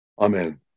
Amen